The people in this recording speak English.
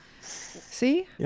See